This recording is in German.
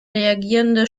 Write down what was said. reagierende